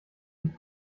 ich